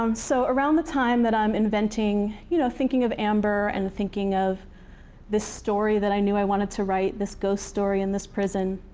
um so around the time that i'm inventing, you know thinking of amber, and thinking of this story that i knew i wanted to write, this ghost story in this prison,